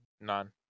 None